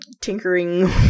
tinkering